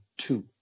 two